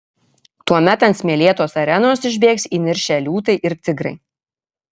tuomet ant smėlėtos arenos išbėgs įniršę liūtai ir tigrai